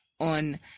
on